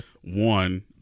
one